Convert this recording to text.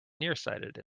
nearsighted